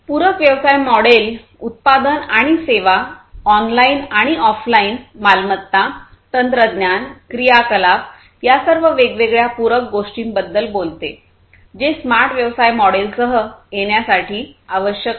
पूरक व्यवसाय मॉडेल उत्पादन आणि सेवा ऑनलाइन आणि ऑफ लाइन मालमत्ता तंत्रज्ञान क्रियाकलाप या सर्व वेगवेगळ्या पूरक गोष्टींबद्दल बोलते जे स्मार्ट व्यवसाय मॉडेल सह येण्यासाठी आवश्यक आहे